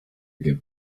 give